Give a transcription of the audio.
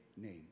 name